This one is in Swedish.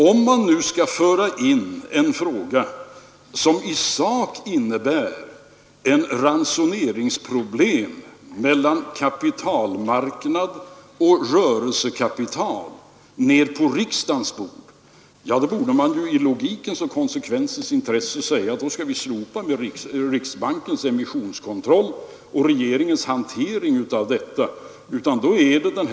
Om man nu vill föra ett sådant ransoneringsproblem upp på riksdagens bord, finge man väl i logikens och konsekvensens intresse också begära att riksbankens emissionskontroll och regeringens hantering av dessa frågor slopades.